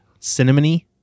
cinnamony